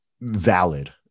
valid